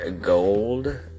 Gold